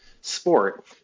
sport